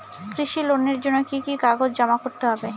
কৃষি লোনের জন্য কি কি কাগজ জমা করতে হবে?